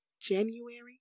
January